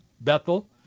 Bethel